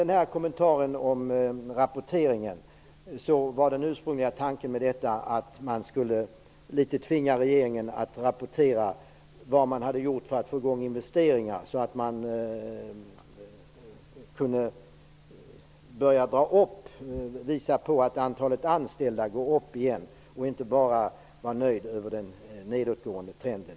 Apropå kommentaren om rapporteringen var den ursprungliga tanken med detta att regeringen skulle tvingas att rapportera vad man hade gjort för att få i gång investeringar, så att man kunde visa på att antalet anställda börjar gå upp igen och inte bara vara nöjd med den nedåtgående trenden.